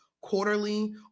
quarterly